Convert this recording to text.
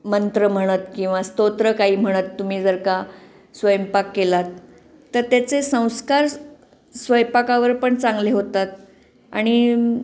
मंत्र म्हणत किंवा स्तोत्र काही म्हणत तुम्ही जर का स्वयंपाक केलात तर त्याचे संस्कार स्वयंपाकावर पण चांगले होतात आणि